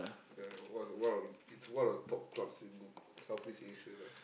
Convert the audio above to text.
ya it was one of it's one of the top clubs in Southeast-Asia lah